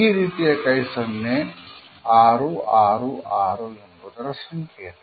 ಈ ರೀತಿಯ ಕೈಸನ್ನೆ 666 ಎಂಬುದರ ಸಂಕೇತ